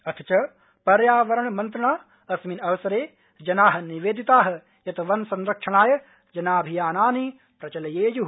अथ च पर्यावरणमंत्रिणा अस्मिन् अवसरे जना निवेदिता यत् वनसंरक्षणाय जनाभियानानि प्रचलयेयु